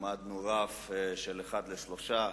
העמדנו רף של אחד לשלושה,